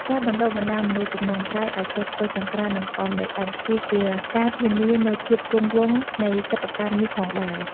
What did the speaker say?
ការបណ្ដុះបណ្ដាលមនុស្សជំនាន់ក្រោយឱ្យចេះធ្វើចង្ក្រាន និងក្អមដីឥដ្ឋ គឺជាការធានានូវភាពគង់វង្សនៃសិប្បកម្មនេះផងដែរ។